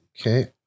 Okay